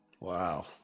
Wow